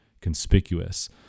conspicuous